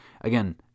again